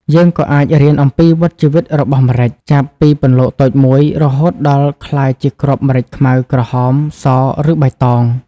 យើងក៏អាចរៀនអំពីវដ្ដជីវិតរបស់ម្រេច ចាប់ពីពន្លកតូចមួយ រហូតដល់ក្លាយជាគ្រាប់ម្រេចខ្មៅ ក្រហម ស ឬបៃតង ។